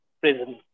prison